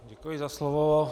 Děkuji za slovo.